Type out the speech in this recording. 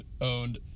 owned